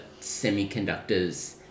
semiconductors